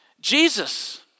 Jesus